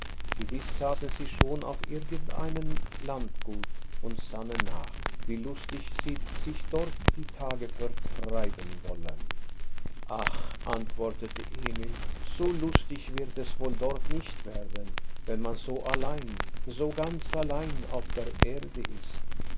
gewiß saßen sie schon auf irgend einem landgut und sannen nach wie lustig sie sich dort die tage vertreiben wollen ach antwortete emil so lustig wird es wohl dort nicht werden wenn man so allein so ganz allein auf der erde ist